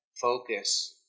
focus